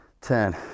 ten